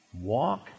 Walk